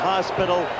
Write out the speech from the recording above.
Hospital